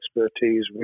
expertise